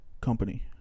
Company